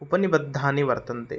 उपनिबद्धानि वर्तन्ते